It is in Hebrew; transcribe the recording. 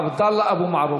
עבדאללה אבו מערוף.